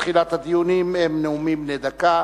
תחילת הדיונים היא נאומים בני דקה.